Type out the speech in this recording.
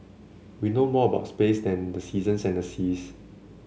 we know more about space than the seasons and the seas